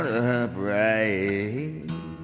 upright